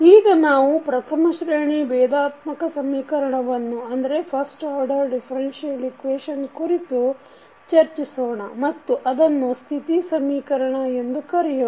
ಈಗ ನಾವು ಪ್ರಥಮಶ್ರೇಣಿ ಬೇಧಾತ್ಮಕ ಸಮೀಕರಣವನ್ನು ಕುರಿತು ಚರ್ಚಿಸೋಣ ಮತ್ತು ಅದನ್ನು ಸ್ಥಿತಿ ಸಮೀಕರಣ ಎಂದು ಕರೆಯೋಣ